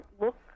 look